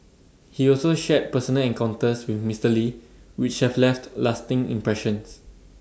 he also shared personal encounters with Mister lee which have left lasting impressions